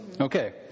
Okay